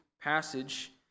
passage